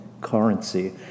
currency